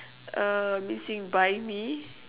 a missing buy me